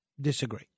disagree